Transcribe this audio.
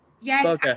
Yes